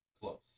close